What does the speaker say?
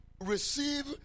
receive